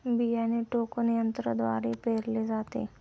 बियाणे टोकन यंत्रद्वारे पेरले जाते